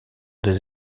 des